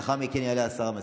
לאחר מכן יעלה השר המסכם.